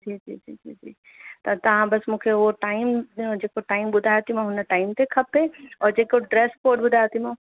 जी जी जी जी जी त तव्हां बसि मूंखे उहो टाइम जेको टाइम ॿुधायो थी मांव हुन टाइम ते खपे और जेको ड्रैस कोड ॿुधायो थी मांव